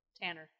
Tanner